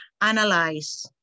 Analyze